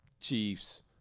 chiefs